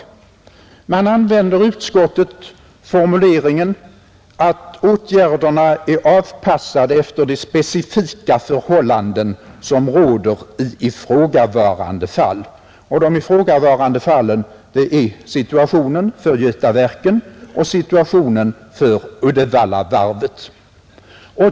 Utskottet använder formuleringen, att åtgärderna är ”anpassade efter de specifika förhållanden som råder i ifrågavarande fall”. De ifrågavarande fallen är situationen för Götaverken och situationen för Uddevallavarvet.